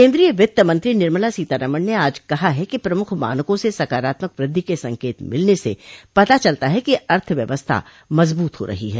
केन्द्रीय वित्तमंत्री निर्मला सीतारामण ने आज कहा है कि प्रमुख मानकों से सकारात्मक वृद्धि के संकत मिलने से पता चलता है कि अर्थव्यव्यस्था मजबूत हो रही है